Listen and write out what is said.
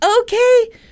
okay